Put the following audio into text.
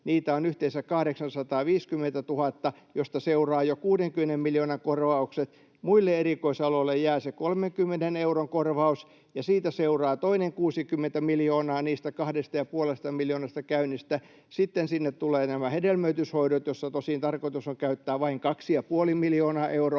on yhteensä 850 000, joista seuraa jo 60 miljoonan korvaukset. Muille erikoisaloille jää se 30 euron korvaus, ja siitä seuraa toinen 60 miljoonaa niistä kahdesta ja puolesta miljoonasta käynnistä. Sitten sinne tulevat nämä hedelmöityshoidot, joihin tosin tarkoitus on käyttää vain kaksi ja puoli